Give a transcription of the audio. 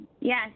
Yes